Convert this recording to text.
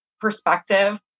perspective